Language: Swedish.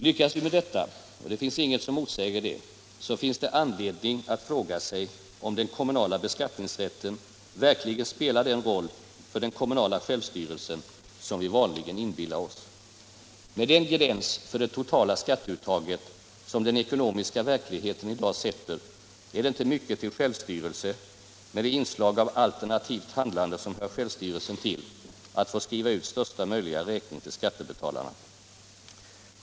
Lyckas vi med detta — och det finns inget som motsäger det — finns det anledning att fråga sig om den kommunala beskattningsrätten verkligen spelar den roll för den kommunala självstyrelsen som vi vanligen inbillar oss. Med den gräns för det totala skatteuttaget som den ekonomiska verkligheten i dag sätter är det inte mycket till självstyrelse — med det inslag av alternativt handlande som hör självstyrelsen till — att få skriva ut största möjliga räkning till skattebetalarna.